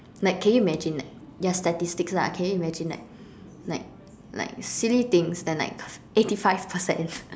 like can you imagine like ya statistics lah can you imagine like like like silly things and like eighty five percent